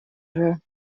other